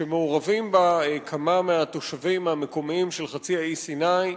שמעורבים בה כמה מהתושבים המקומיים של חצי האי סיני,